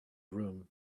room